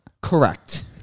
Correct